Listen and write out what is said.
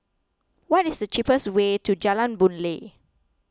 what is the cheapest way to Jalan Boon Lay